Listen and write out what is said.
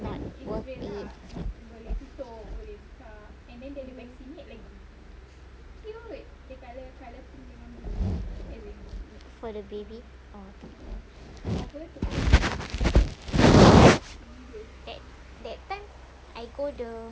for the baby or that that time I go the